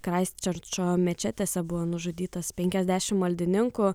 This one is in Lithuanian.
kraistčerčo mečetėse buvo nužudytas penkiasdešim maldininkų